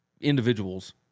individuals